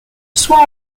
soit